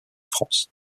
france